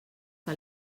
que